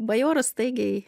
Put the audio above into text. bajoras staigiai